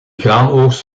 graanoogst